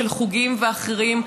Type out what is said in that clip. חוגים ואחרים,